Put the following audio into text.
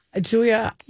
Julia